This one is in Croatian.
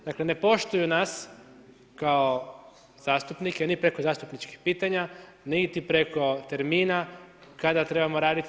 Dakle, ne poštuju nas kao zastupnike niti preko zastupničkih pitanja, niti preko termina kada trebamo raditi.